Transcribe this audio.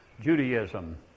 Judaism